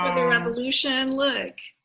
um the revolution, look.